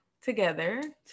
together